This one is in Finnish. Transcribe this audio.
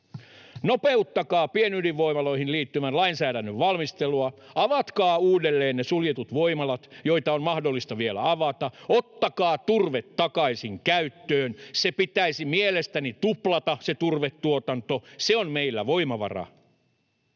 Nopeuttakaa pienydinvoimaloihin liittyvän lainsäädännön valmistelua. Avatkaa uudelleen ne suljetut voimalat, joita on mahdollista vielä avata. Ottakaa turve takaisin käyttöön. Se turvetuotanto pitäisi mielestäni tuplata, se on meillä voimavara.